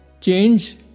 Change